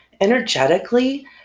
Energetically